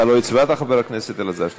אתה לא הצבעת, חבר הכנסת אלעזר שטרן?